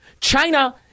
China